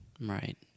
Right